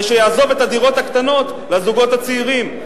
ושיעזוב את הדירות הקטנות לזוגות הצעירים.